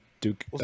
Duke